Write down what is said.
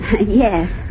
Yes